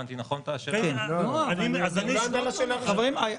-- אבל אני בוועדת החוקה עכשיו.